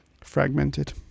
fragmented